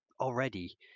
already